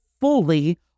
fully